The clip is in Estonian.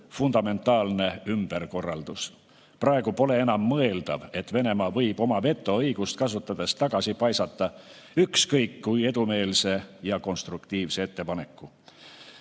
fundamentaalselt ümber korraldada. Praegu pole enam mõeldav, et Venemaa võib oma vetoõigust kasutades tagasi paisata ükskõik kui edumeelse ja konstruktiivse ettepaneku.